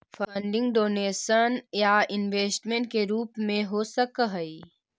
funding donation या investment के रूप में हो सकऽ हई